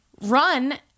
Run